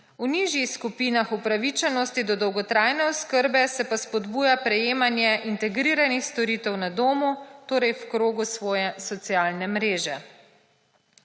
V nižjih skupinah upravičenosti do dolgotrajne oskrbe se pa spodbuja prejemanje integriranih storitev na domu torej v krogu svoje socialne mreže.